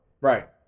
Right